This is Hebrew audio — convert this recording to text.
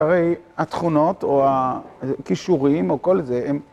הרי התכונות, או הכישורים, או כל זה, הם...